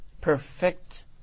perfect